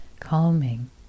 calming